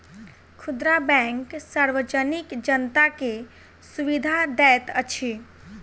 खुदरा बैंक सार्वजनिक जनता के सुविधा दैत अछि